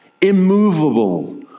immovable